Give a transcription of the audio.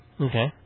Okay